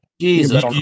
Jesus